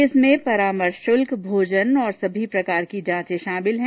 इसमें परामर्श शुल्क भोजन और सभी प्रकार की जांचे शामिल हैं